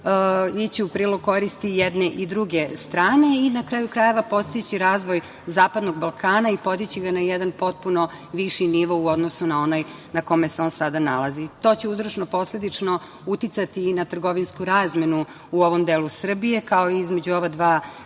ići u prilog koristi jedne i druge strane i na kraju krajeva postići razvoj Zapadnog Balkana i podići ga na jedan potpuno viši nivo u odnosu na onaj na kome se on sada nalazi. To će uzročno-posledično uticati i na trgovinsku razmenu u ovom delu Srbije, kao i između ova dva